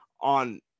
on